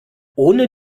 ohne